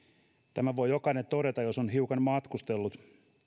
tämän voi jokainen todeta jos on hiukan matkustellut